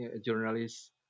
journalists